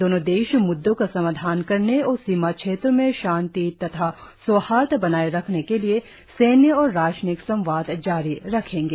दोनों देश म्द्दों का समाधान करने और सीमा क्षेत्रों में शांति तथा सौहार्द बनाये रखने के लिए सैन्य और राजनयिक संवाद जारी रखेंगे